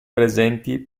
presenti